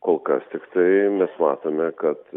kol kas tiktai mes matome kad